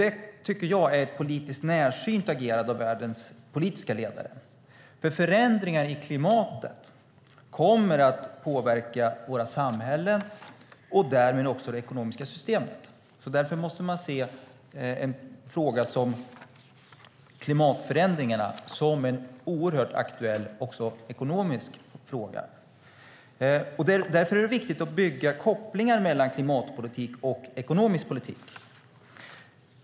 Det tycker jag är ett närsynt agerande från världens politiska ledare, för förändringar i klimatet kommer att påverka våra samhällen och därmed det ekonomiska systemet. Därför måste man se frågan om klimatförändringar också som en oerhört aktuell ekonomisk fråga. Och därför är det viktigt att bygga kopplingar mellan klimatpolitik och ekonomisk politik.